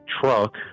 truck